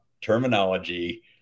terminology